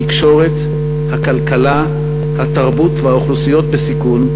התקשורת, הכלכלה, התרבות והאוכלוסיות בסיכון,